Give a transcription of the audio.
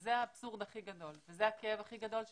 וזה האבסורד הכי גדול וזה הכאב הכי גדול שלנו.